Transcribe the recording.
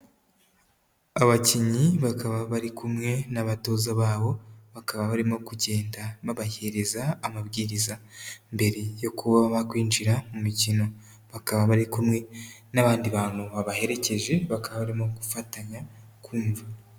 Abakinnyi bakaba bari kumwe n'abatoza babo bakaba barimo kugenda babahereza amabwiriza mbere yo kuba bakwinjira mu mikino, bakaba bari kumwe n'abandi bantu babaherekeje bakaba barimo gufatanya kumva.